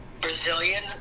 Brazilian